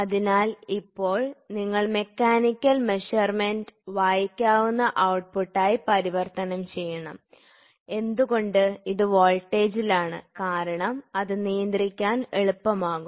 അതിനാൽ ഇപ്പോൾ നിങ്ങൾ മെക്കാനിക്കൽ മെഷർമെന്റ് വായിക്കാവുന്ന ഔട്ട്പുട്ടായി പരിവർത്തനം ചെയ്യണം എന്തുകൊണ്ട് ഇത് വോൾട്ടേജിലാണ് കാരണം അത് നിയന്ത്രിക്കാൻ എളുപ്പമാകും